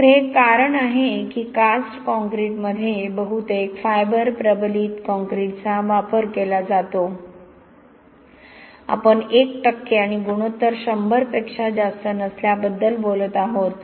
तर हे एक कारण आहे की कास्ट कॉंक्रिटमध्ये बहुतेक फायबर प्रबलित कॉंक्रिटचा वापर केला जातो आपण 1 टक्के आणि गुणोत्तर शंभर पेक्षा जास्त नसल्याबद्दल बोलत आहोत